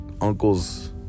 uncle's